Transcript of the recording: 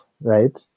right